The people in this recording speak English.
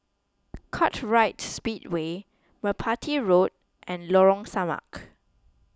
Kartright Speedway Merpati Road and Lorong Samak